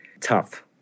tough